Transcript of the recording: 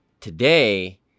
Today